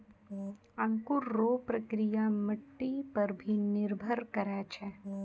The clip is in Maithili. अंकुर रो प्रक्रिया मट्टी पर भी निर्भर करै छै